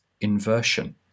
inversion